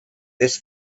this